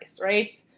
right